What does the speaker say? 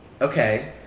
Okay